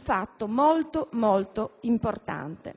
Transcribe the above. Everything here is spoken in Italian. fatto a mio avviso molto importante.